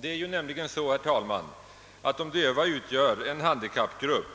Det är nämligen så, herr talman, att de döva utgör en handikappgrupp